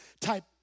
type